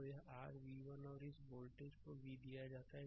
तो यह r v1 है और इस वोल्टेज को v दिया जाता है